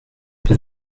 bydd